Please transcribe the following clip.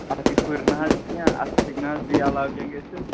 اَتی ہُرِ نہ حظ کیٚنٛہہ اَتھ ہیٚکہِ نہٕ حظ بیٚیہِ علاوٕ کینٛہہ گٔژھِتھ